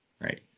Right